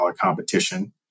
competition